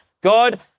God